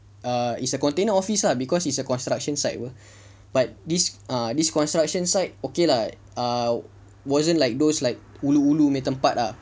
uh its a container office lah because it's a construction site apa but this ah this construction site okay lah ah wasn't like those like ulu ulu punya tempat ah